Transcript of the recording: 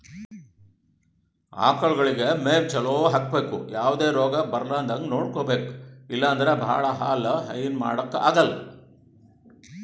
ಆಕಳಗೊಳಿಗ್ ಮೇವ್ ಚಲೋ ಹಾಕ್ಬೇಕ್ ಯಾವದೇ ರೋಗ್ ಬರಲಾರದಂಗ್ ನೋಡ್ಕೊಬೆಕ್ ಇಲ್ಲಂದ್ರ ಭಾಳ ಹಾಲ್ ಹೈನಾ ಮಾಡಕ್ಕಾಗಲ್